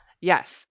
Yes